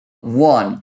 one